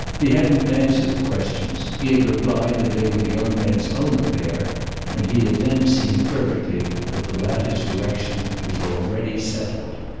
he hadn't answered the questions, he had replied that they were the young man's own affair and he had then seen perfectly that the latter's direction was already settled.